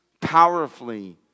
powerfully